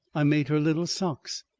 i made her little socks.